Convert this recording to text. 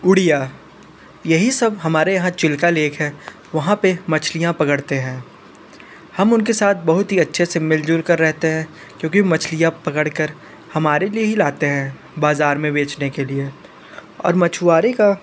उड़िया यही सब हमारे यहाँ चिल्का लेक है वहाँ पे मछलियाँ पकड़ते हैं हम उनके साथ बहुत ही अच्छे से मिल जुल कर रहते हैं क्योंकि मछलियाँ पकड़ कर हमारे लिए ही लाते हैं बाज़ार में बेचने के लिए और मछुआरे का